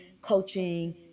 coaching